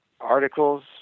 articles